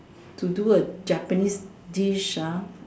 to do a Japanese dish ah